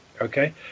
Okay